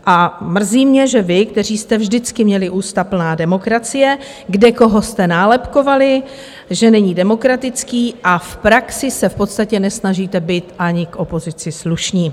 A mrzí mě, že vy, kteří jste vždycky měli ústa plná demokracie, kdekoho jste nálepkovali, že není demokratický, a v praxi se v podstatě nesnažíte být ani k opozici slušní.